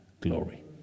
glory